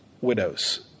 widows